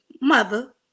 mother